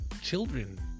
children